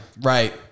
right